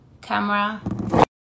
camera